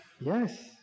yes